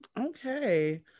Okay